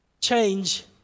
change